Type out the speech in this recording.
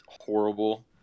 horrible